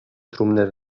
trumnę